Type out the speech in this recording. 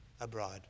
abroad